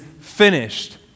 finished